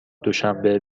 دوشنبه